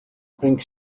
pink